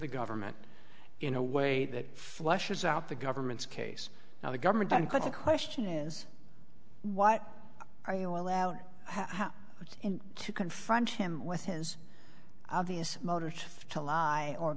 the government in a way that flushes out the government's case now the government can put the question is what are you allowed how to confront him with his obvious motive to lie or